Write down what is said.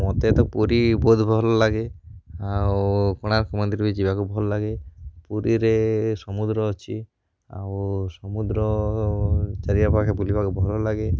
ମୋତେ ତ ପୁରୀ ବହୁତ ଭଲ ଲାଗେ ଆଉ କୋଣାର୍କ ମନ୍ଦିର ଯିବାକୁ ଭଲ ଲାଗେ ପୁରୀରେ ସମୁଦ୍ର ଅଛି ଆଉ ସମୁଦ୍ର ଚାରିପାଖେ ବୁଲିବାକୁ ଭଲ ଲାଗେ